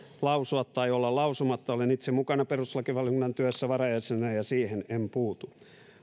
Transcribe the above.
lausua tai olla lausumatta olen itse mukana perustuslakivaliokunnan työssä varajäsenenä ja siihen en puutu